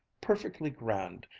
perfectly grand,